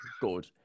Good